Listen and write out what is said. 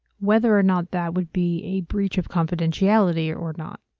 whether or not that would be a breach of confidentiality or not.